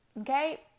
Okay